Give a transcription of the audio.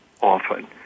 often